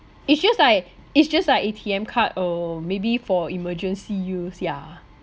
it's just like it's just like A_T_M card or maybe for emergency use ya